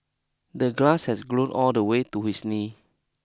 the glass had grown all the way to his knee